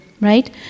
right